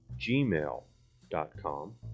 gmail.com